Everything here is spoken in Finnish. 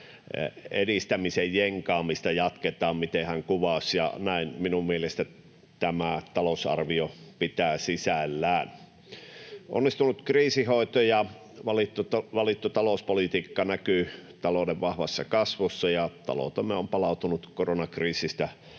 edistämisen jenkaamista jatketaan, kuten hän kuvasi, ja tätä minun mielestäni tämä talousarvio pitää sisällään. Onnistunut kriisinhoito ja valittu talouspolitiikka näkyvät talouden vahvassa kasvussa, ja taloutemme on palautunut koronakriisistä